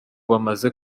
bamaze